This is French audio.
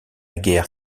guerre